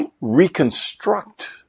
reconstruct